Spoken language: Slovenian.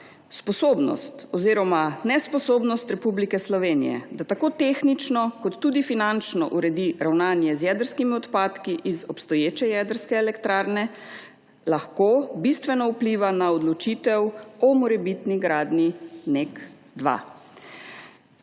Sposobnost oziroma nesposobnost Republike Slovenije, da tako tehnično kot tudi finančno uredi ravnanje z jedrskimi odpadki iz obstoječe jedrske elektrarne, lahko bistveno vpliva na odločitev o morebitni gradnji NEK 2.